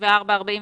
34,000,